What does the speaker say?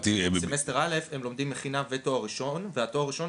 סמסטר א' הם לומדים מכינה ותואר ראשון והתואר הראשון